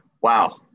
Wow